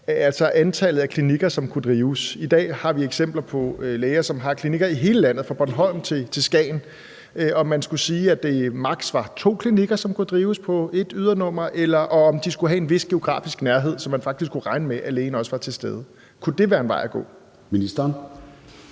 antallet af klinikker, som kunne drives. I dag har vi eksempler på læger, som har klinikker i hele landet, fra Bornholm til Skagen. Spørgsmålet er, om man skulle sige, at det maks var to klinikker, som kunne drives på et ydernummer, og om de skulle have en vis geografisk nærhed, så man faktisk kunne regne med, at lægen også var til stede. Kunne det være en vej at gå? Kl.